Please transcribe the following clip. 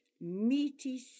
meaty